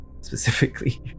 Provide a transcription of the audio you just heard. specifically